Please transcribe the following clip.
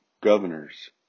governors